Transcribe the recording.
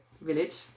Village